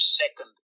second